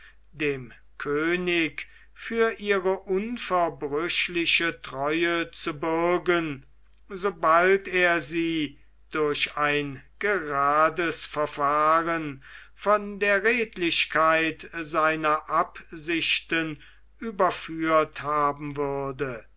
dem könig für ihre unverbrüchliche treue zu bürgen sobald er sie durch ein gerades verfahren von der redlichkeit seiner absichten überführt haben würde